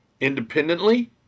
independently